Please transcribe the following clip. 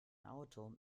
auto